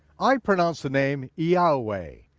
i pronounce the name yahweh.